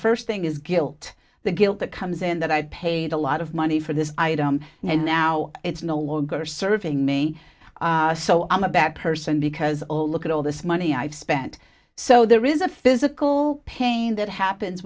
first thing is guilt the guilt that comes in that i've paid a lot of money for this item and now it's no longer serving me so i'm a bad person because oh look at all this money i've spent so there is a physical pain that happens